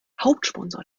hauptsponsor